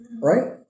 right